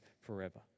forever